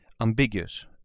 ambiguous